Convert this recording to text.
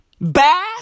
Bath